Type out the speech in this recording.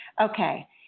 Okay